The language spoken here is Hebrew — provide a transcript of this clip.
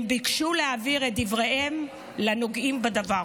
הם ביקשו להעביר את דבריהם לנוגעים בדבר.